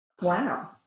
Wow